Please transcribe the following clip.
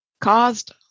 caused